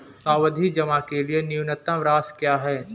सावधि जमा के लिए न्यूनतम राशि क्या है?